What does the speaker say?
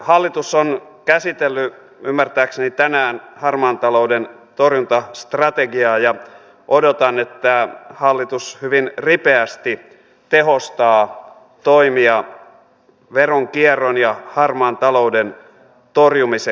hallitus on käsitellyt ymmärtääkseni tänään harmaan talouden torjuntastrategiaa ja odotan että hallitus hyvin ripeästi tehostaa toimia veronkierron ja harmaan talouden torjumiseksi